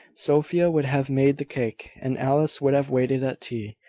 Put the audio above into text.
sophia would have made the cake, and alice would have waited at tea.